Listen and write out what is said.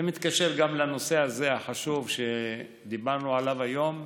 גם לנושא הזה, החשוב, שדיברנו עליו היום,